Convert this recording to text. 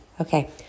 Okay